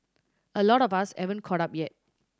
a lot of us haven't caught up yet